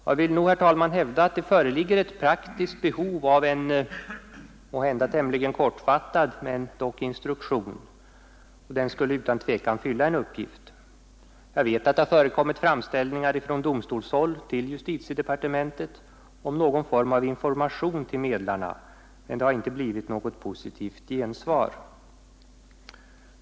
Jag vill nog hävda, herr talman, att det föreligger ett praktiskt behov av en måhända tämligen kortfattad men dock instruktion — den skulle utan tvivel fylla en uppgift. Jag vet att det har förekommit framställningar från domstolshåll till justitiedepartementet om någon form av information till medlarna, men det har inte blivit något positivt gensvar.